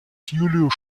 julius